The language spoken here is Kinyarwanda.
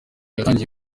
yatangiwe